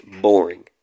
boring